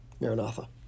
Maranatha